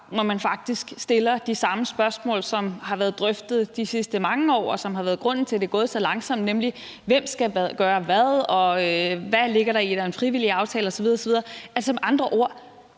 når man faktisk stiller de samme spørgsmål, som har været drøftet de sidste mange år, og som har været grunden til, at det er gået så langsomt, nemlig hvem der skal gøre hvad, og hvad der ligger i, at det er en frivillig aftale, osv. osv. Altså, med andre ord